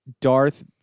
Darth